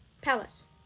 Palace